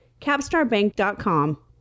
capstarbank.com